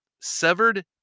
severed